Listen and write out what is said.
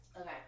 Okay